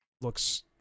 looks